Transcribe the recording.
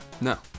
No